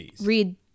read